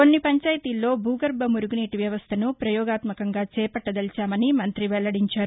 కొన్ని పంచాయతీల్లో భూగర్భమురుగునీటి వ్యవస్థను ప్రయోగాత్నకంగా చేపట్టదలచామని మంత్రి వెల్లడించారు